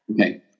Okay